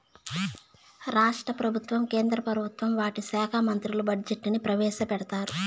రాష్ట్ర ప్రభుత్వం కేంద్ర ప్రభుత్వం వాటి శాఖా మంత్రులు బడ్జెట్ ని ప్రవేశపెడతారు